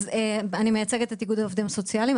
אני מייצגת את ארגון העובדים הסוציאליים.